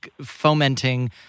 fomenting